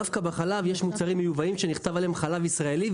דווקא בחלב יש מוצרים מיובאים שנכתב עליהם: חלב ישראלי.